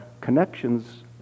connections